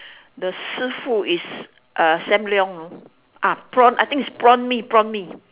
the 师傅 is uh sam-leong you know ah prawn I think it's prawn mee prawn mee